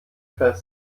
fest